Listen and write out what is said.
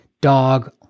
dog